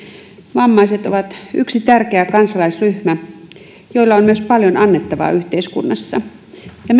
vammaiset ovat yksi tärkeä kansalaisryhmä jolla on paljon annettavaa yhteiskunnassa ja